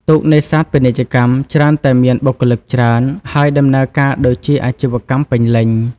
ទូកនេសាទពាណិជ្ជកម្មច្រើនតែមាន បុគ្គលិក ច្រើន ហើយដំណើរការដូចជាអាជីវកម្មពេញលេញ។